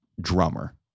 drummer